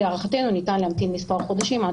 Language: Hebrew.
להערכתנו ניתן להמתין מספר חודשים עד